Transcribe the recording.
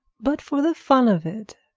but for the fun of it,